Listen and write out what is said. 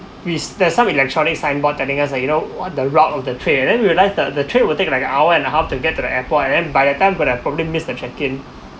we there's some electronic signboard telling us like you know what the route of the train and then we realised that the train will take like an hour and a half to get to the airport and then by the time but I probably miss the check in